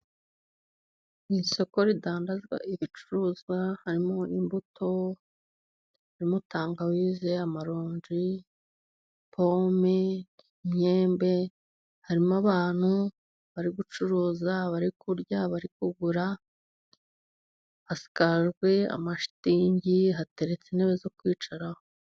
Mu isoko ridandazwa ibicuruzwa harimo n'imbuto, harimo tangawize, amaronji, pome, imyembe, harimo abantu bari gucuruza, bari kurya, bari kugura, hasakajwe amashitingi, hateretse intebe zo kwicaraho.